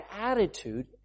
attitude